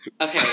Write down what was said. Okay